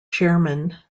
chairman